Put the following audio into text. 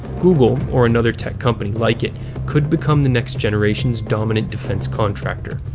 google or another tech company like it could become the next generation's dominant defense contractor.